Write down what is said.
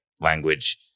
language